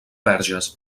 verges